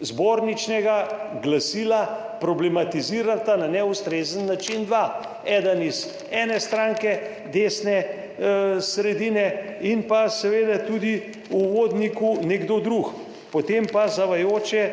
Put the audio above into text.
zborničnega glasila problematizirata na neustrezen način dva, eden iz ene stranke desne sredine in pa seveda tudi v uvodniku nekdo drug. Potem pa zavajajoče